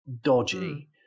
dodgy